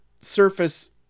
surface